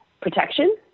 protection